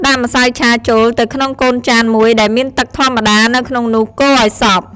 ដាក់ម្សៅឆាចូលទៅក្នុងកូនចានមួយដែលមានទឺកធម្មតានៅក្នុងនោះកូរឱ្យសព្វ។